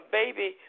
baby